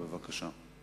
בבקשה.